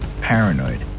Paranoid